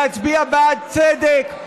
להצביע בעד צדק,